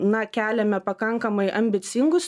na keliame pakankamai ambicingus